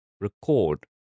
record